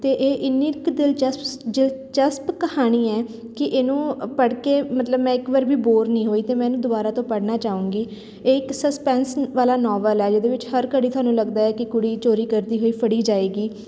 ਅਤੇ ਇਹ ਇੰਨੀ ਕੁ ਦਿਲਚਸਪਸ ਦਿਲਚਸਪ ਕਹਾਣੀ ਹੈ ਕਿ ਇਹਨੂੰ ਪੜ੍ਹ ਕੇ ਮਤਲਬ ਮੈਂ ਇੱਕ ਵਾਰ ਵੀ ਬੋਰ ਨਹੀਂ ਹੋਈ ਅਤੇ ਮੈਂ ਇਹਨੂੰ ਦੁਬਾਰਾ ਤੋਂ ਪੜ੍ਹਨਾ ਚਾਹੂੰਗੀ ਇਹ ਇੱਕ ਸਸਪੈਂਸ ਵਾਲਾ ਨੋਵਲ ਹੈ ਜਿਹਦੇ ਵਿੱਚ ਹਰ ਘੜੀ ਤੁਹਾਨੂੰ ਲੱਗਦਾ ਹੈ ਕਿ ਕੁੜੀ ਚੋਰੀ ਕਰਦੀ ਹੋਈ ਫੜੀ ਜਾਏਗੀ